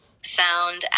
sound